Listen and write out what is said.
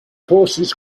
horses